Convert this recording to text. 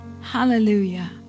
Hallelujah